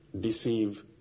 deceive